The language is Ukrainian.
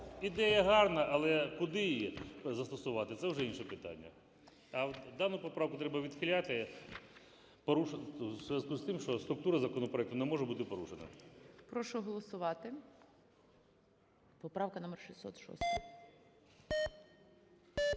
Ідея гарна, але куди її застосувати, це вже інше питання. А дану поправку треба відхиляти в зв'язку з тим, що структура законопроекту не може бути порушена. ГОЛОВУЮЧИЙ. Прошу голосувати. Поправка номер 606.